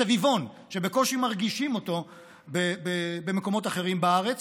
סביבון, שבקושי מרגישים אותו במקומות אחרים בארץ,